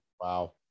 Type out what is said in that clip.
Wow